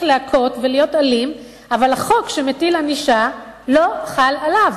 להכות ולהיות אלים אבל החוק שמטיל ענישה לא חל עליו.